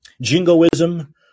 jingoism